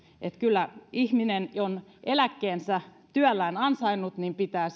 että kyllä ihmisen joka on eläkkeensä työllään ansainnut pitää